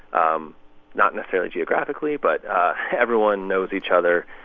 um not necessarily geographically, but everyone knows each other.